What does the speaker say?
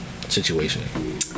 situation